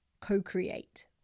Co-create